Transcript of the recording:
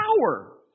power